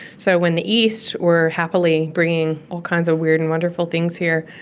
so when the east were happily bringing all kinds of weird and wonderful things here,